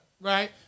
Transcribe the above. right